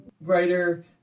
writer